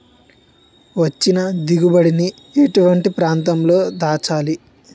వచ్చిన దిగుబడి ని ఎటువంటి ప్రాంతం లో దాచాలి?